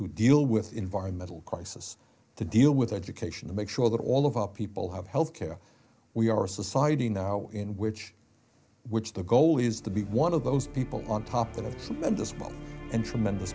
to deal with environmental crisis to deal with education to make sure that all of our people have health care we are a society now in which which the goal is to be one of those people on top and if someone does well and tremendous